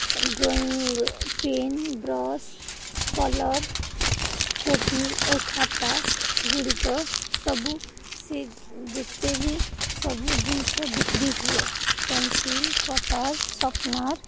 drawing pen brush colour copy ଖାତାଗୁଡ଼ିକ ସବୁ ସେ ଯେତେ ବିି ସବୁ ଜିନିଷ ବିକ୍ରି ହୁଏ ପେନ୍ସିଲ୍ କଟର୍ ସାର୍ପ୍ନର୍